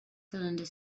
cylinder